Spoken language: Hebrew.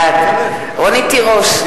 בעד רונית תירוש,